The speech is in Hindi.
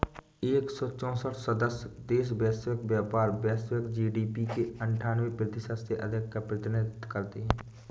एक सौ चौसठ सदस्य देश वैश्विक व्यापार, वैश्विक जी.डी.पी के अन्ठान्वे प्रतिशत से अधिक का प्रतिनिधित्व करते हैं